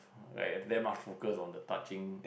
like then must focus on the touching